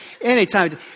anytime